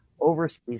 overseas